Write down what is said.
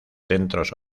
centros